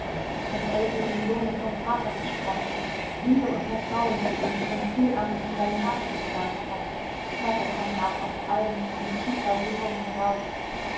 daß else dem sohne vom vater gesprochen liebe und vertrauen zu ihm von früh an in sein herz gepflanzt hatte hörte konrad aus allem mit tiefer rührung heraus